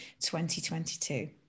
2022